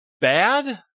bad